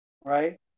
right